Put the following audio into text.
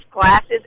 classes